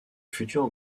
futurs